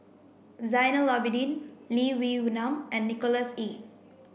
Zainal Abidin Lee Wee Nam and Nicholas Ee